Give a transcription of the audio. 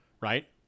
right